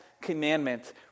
commandment